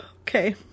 okay